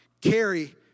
carry